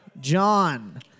John